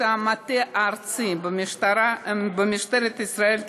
פקודות המטה הארצי במשטרת ישראל,